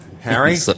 Harry